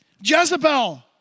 Jezebel